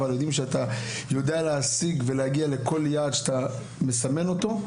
אבל אנחנו יודעים שאתה יודע להשיג ולהגיע לכל יעד שאתה מסמן אותו.